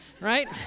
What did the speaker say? right